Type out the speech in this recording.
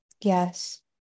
Yes